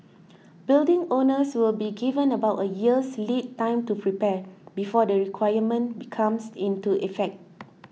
building owners will be given about a year's lead time to prepare before the requirement becomes into effect